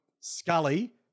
Scully